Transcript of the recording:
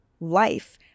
life